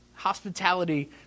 hospitality